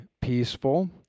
peaceful—